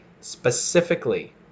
specifically